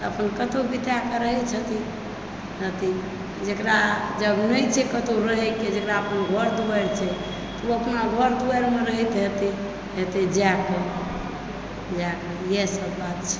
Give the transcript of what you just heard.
अपन कतहुँ बिताक रहैत हेतै हथिन जेकरा जब नहि छै कतहुँ रहएके जेकरा अपन घर दुआरि छै ओ अपना घर दुआरिमे रहैत हेतै हेतै जाएकऽ जाएकऽ इएह सब बात छै